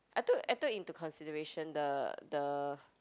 I took I took into consideration the the